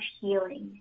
healing